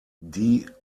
die